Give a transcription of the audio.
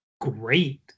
great